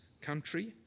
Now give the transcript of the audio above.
country